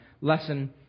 lesson